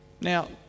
Now